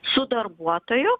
su darbuotoju